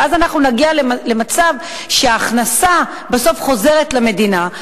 ואז נגיע למצב שההכנסה בסוף חוזרת למדינה,